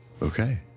okay